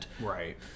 Right